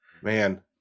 Man